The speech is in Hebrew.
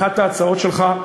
אחת ההצעות שלך,